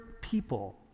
people